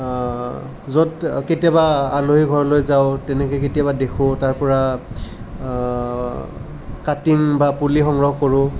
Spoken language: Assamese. য'ত কেতিয়াবা আলহী ঘৰলৈ যাওঁ তেনেকৈ কেতিয়াবা দেখোঁ তাৰ পৰা কাটিং বা পুলি সংগ্ৰহ কৰোঁ